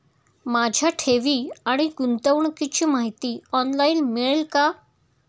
माझ्या ठेवी आणि गुंतवणुकीची माहिती ऑनलाइन मिळेल का?